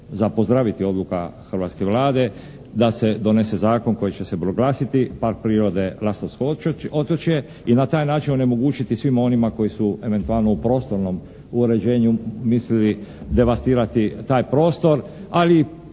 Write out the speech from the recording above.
za pozdraviti odluka hrvatske Vlade da se donese zakon kojim će se proglasiti Park prirode "Lastovsko otočje" i na taj način onemogućiti svima onima koji su eventualno u prostornom uređenju mislili devastirati taj prostor, ali